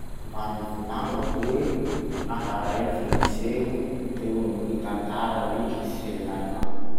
Mba mivolagna hoe raha raiky niseho teo amy gny tantaran'i i Sir Lanka?